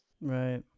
Right